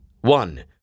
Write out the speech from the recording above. one